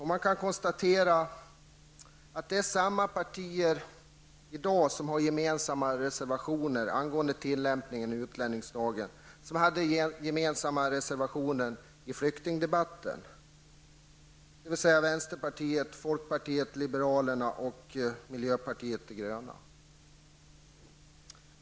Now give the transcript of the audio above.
Man kan konstatera att det är samma partier som i dag har gemensamma reservationer angående tillämpningen av utlänningslagen som hade gemensamma reservationer till betänkandet om flyktingspolitiken, dvs. vänsterpartiet, folkpartiet liberalerna och miljöpartiet de gröna.